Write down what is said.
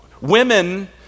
Women